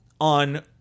on